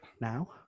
Now